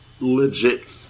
legit